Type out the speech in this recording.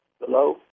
Hello